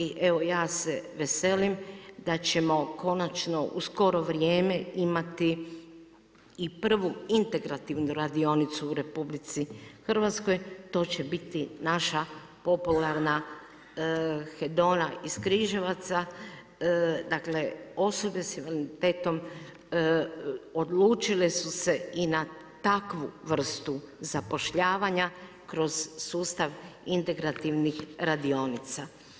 I evo ja se veselim da ćemo konačno, u skoro vrijeme, imati i prvu integrativnu radionicu u RH, to će biti naša popularna Hedona iz Križevaca, dakle osobe sa invaliditetom odlučile su se i na takvu vrstu zapošljavanja kroz sustav integrativnih radionica.